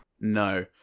No